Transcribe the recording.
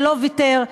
שלא ויתר,